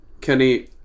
Kenny